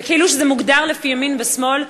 וכאילו שזה מוגדר לפי ימין ושמאל,